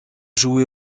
joué